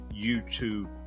YouTube